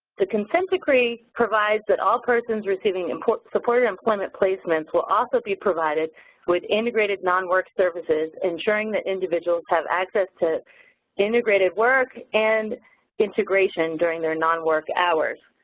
the consent decree provides that all persons receiving supported employment placements will also be provided with integrated nonwork services, ensuring that individuals have access to integrated work and integration during their nonwork hours.